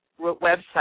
website